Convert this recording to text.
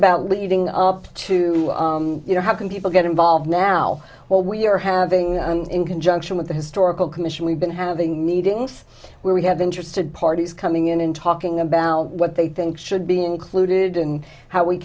about leading up to you know how can people get involved now while we're having in conjunction with the historical commission we've been having meetings where we have interested parties coming in and talking about what they think should be included in how we